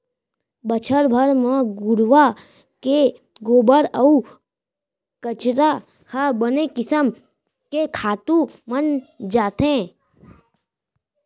बछर भर म घुरूवा के गोबर अउ कचरा ह बने किसम के खातू बन जाथे